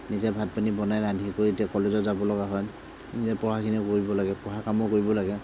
নিজে ভাত পানী বনাই ৰান্ধি কৰি তেতিয়া কলেজত যাব লগা হয় নিজে পঢ়াখিনি কৰিব লাগে পঢ়া কামো কৰিব লাগে